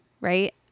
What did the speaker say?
right